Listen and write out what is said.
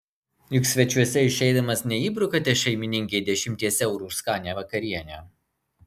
juk svečiuose išeidamas neįbrukate šeimininkei dešimties eurų už skanią vakarienę